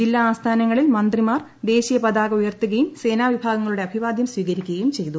ജില്ലാ ആസ്ഥാനങ്ങളിൽ മന്ത്രിമാർ ദേശീയ പതാക ഉയർത്തുകയും സേനാവിഭാഗങ്ങളുടെ അഭിവാദ്യം സ്വീകരിക്കുകയും ചെയ്തു